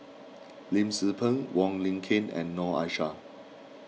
Lim Tze Peng Wong Lin Ken and Noor Aishah